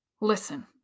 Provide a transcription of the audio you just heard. listen